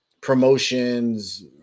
promotions